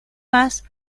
más